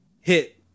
hit